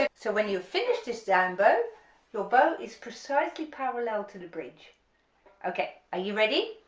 ah so when you finish this down bow your bow is precisely parallel to the bridge okay are you ready?